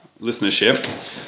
listenership